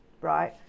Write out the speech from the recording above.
right